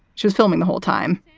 she was filming the whole time.